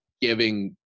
giving